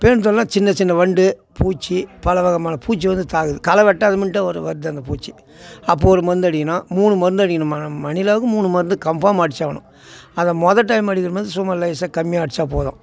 pan தொல்லைனா சின்ன சின்ன வண்டு பூச்சி பல விதமான பூச்சி வந்து தாக்குது களவெட்டு அதுமுன்ட்டு ஒரு வருது அந்த பூச்சி அப்போது ஒரு மருந்து அடிக்கணும் மூணு மருந்து அடிக்கணும் மணிலாவுக்கு மூணு மருந்து கன்ஃபார்ம் அடிச்சாகணும் அது மொதல் டைம் அடிக்கும் போது சும்மா லேசாக கம்மியாக அடித்தா போதும்